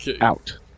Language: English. Out